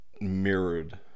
mirrored